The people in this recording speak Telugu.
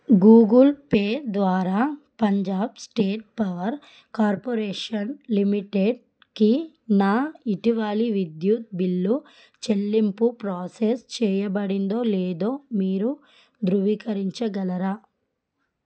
గూగుల్ పే ద్వారా పంజాబ్ స్టేట్ పవర్ కార్పొరేషన్ లిమిటెడ్కి నా ఇటివలి విద్యుత్ బిల్లు చెల్లింపు ప్రాసెస్ చేయబడిందో లేదో మీరు ధృవీకరించగలరా